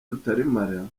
rutaremara